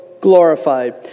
glorified